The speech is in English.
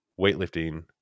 weightlifting